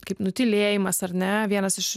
kaip nutylėjimas ar ne vienas iš